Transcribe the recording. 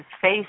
face